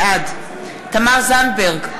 בעד תמר זנדברג,